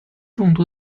众多